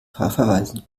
verweisen